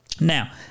now